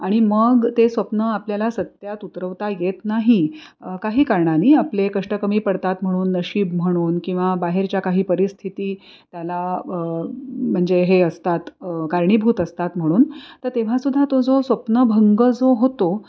आणि मग ते स्वप्न आपल्याला सत्यात उतरवता येत नाही काही कारणाने आपले कष्ट कमी पडतात म्हणून नशीब म्हणून किंवा बाहेरच्या काही परिस्थिती त्याला म्हणजे हे असतात कारणिभूत असतात म्हणून तर तेव्हा सुद्धा तो जो स्वप्नभंग जो होतो